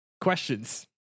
Questions